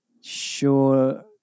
sure